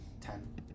Ten